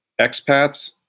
expats